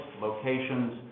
locations